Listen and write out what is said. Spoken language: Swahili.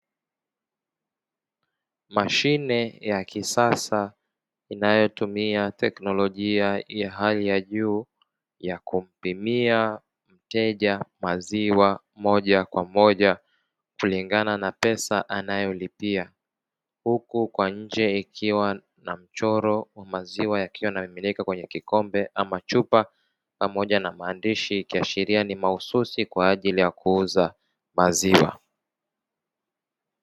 Mashine ya kisasa, inayotumia teknolojia ya hali ya juu, ya kumpimia mteja maziwa moja kwa moja kulingana na pesa anayolipia. Huku kwa nje ikiwa na mchoro wa maziwa yakiwa yamemiminika kwenye kikombe ama chupa, pamoja na maandishi, kuashiria ni mahususi kwa ajili ya kuuza maziwa.